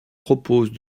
propose